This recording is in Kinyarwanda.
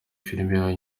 filime